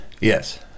Yes